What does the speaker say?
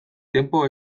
tiempo